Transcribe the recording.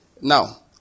now